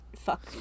fuck